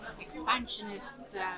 expansionist